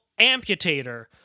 Amputator